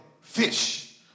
fish